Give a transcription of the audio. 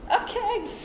Okay